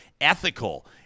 ethical